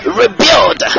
rebuild